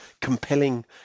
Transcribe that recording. compelling